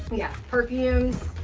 yeah perfumes.